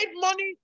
money